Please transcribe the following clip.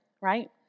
right